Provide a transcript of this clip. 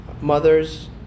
mothers